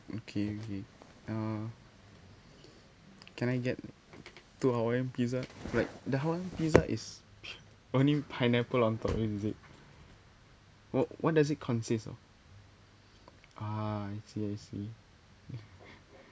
okay okay uh can I get two hawaiian pizza right the hawaiian pizza is only pineapple on top isn't it what what does it consists of ah I see I see